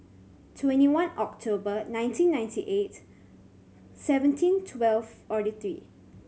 twenty one October nineteen ninety eight seventeen twelve forty three